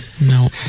No